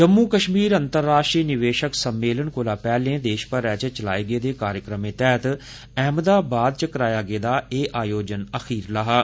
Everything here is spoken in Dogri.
जम्मू कश्मीर अंतराष्ट्रीय निवेशक सम्मेलन कोला पैहले देश भरे च चलाए गेदे कार्यक्रमें तैहत अहमदाबाद च कराया गेदा एह आयोजन अखरीला हा